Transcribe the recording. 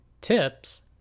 Tips